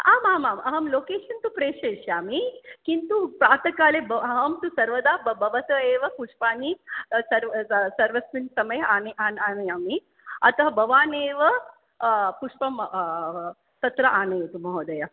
आम् आम् आम् अहं लोकेशन् तु प्रेषयिष्यामि किन्तु प्रातःकाले ब् अहन्तु सर्वदा भवतः एव पुष्पानि सर्वस्मिन् समये आनयामि अतः भवान् एव पुष्पं तत्र आनयतु महोदय